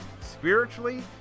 spiritually